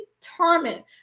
determined